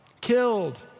killed